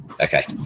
okay